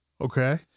Okay